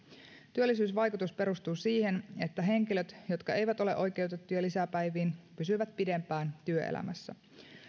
työllisyysvaikutus perustuu siihen että henkilöt jotka eivät ole oikeutettuja lisäpäiviin pysyvät pidempään työelämässä